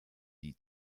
die